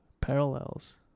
parallels